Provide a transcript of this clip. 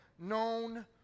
Known